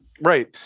Right